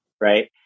right